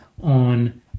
on